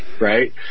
right